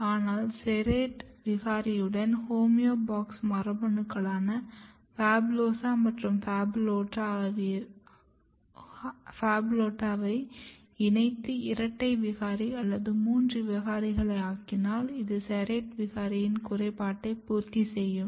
ஆனால் SERRATE விகாரியுடன் homeobox மரபணுக்களான PHABULOSA மற்றும் PHABULOTA வை இணைத்து இரட்டை அல்லது மூன்று விகாரிகள் ஆகினால் இது SERRATE விகாரியின் குறைப்பாட்டை பூர்த்தி செய்யும்